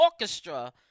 orchestra